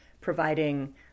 providing